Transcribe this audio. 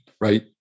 Right